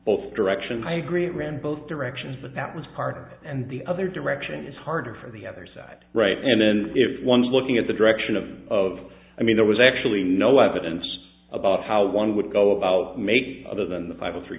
both directions i agree ran both directions but that was part and the other direction is harder from the other side right and then if one's looking at the direction of of i mean there was actually no evidence about how one would go about make other than the five or three